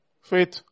faith